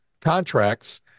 contracts